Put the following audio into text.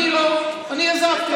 אז אני שילמתי מחיר,